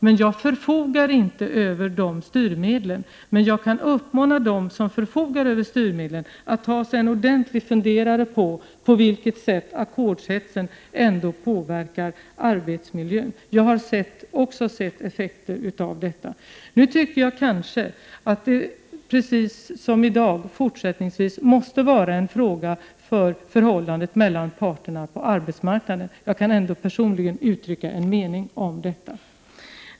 Men jag förfogar inte över styrmedlen i det här avseendet. Däremot kan jag uppmana dem som förfogar över styrmedlen att ta sig en ordentlig funderare beträffande på vilket sätt ackordshetsen påverkar arbetsmiljön. Jag har också sett effekter av detta. Jag tycker kanske att den här frågan, precis som i dag, fortsättningsvis måste vara en fråga för parterna på arbetsmarknaden. Men jag kan ändå personligen uttrycka en mening om detta.